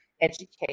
educate